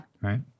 Right